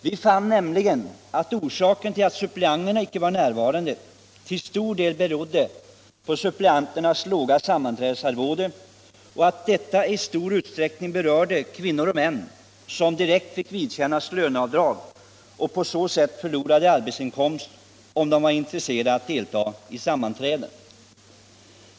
Vi fann nämligen att orsaken till att suppleanterna icke var närvarande till stor del var deras låga sammanträdesarvode och att detta i stor utsträckning berörde kvinnor och män som direkt fick vidkännas löneavdrag och på så sätt förlorade arbetsinkomst, om de var intresserade av att delta i sammanträdena.